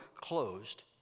closed